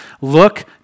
look